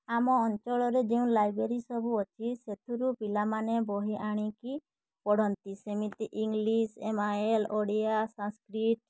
ଆମ ଅଞ୍ଚଳରେ ଯେଉଁ ଲାଇବ୍ରେରୀ ସବୁ ଅଛି ସେଥିରୁ ପିଲାମାନେ ବହି ଆଣିକି ପଢ଼ନ୍ତି ସେମିତି English M I L Odia Sanskrit